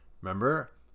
Remember